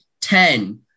ten